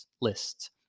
lists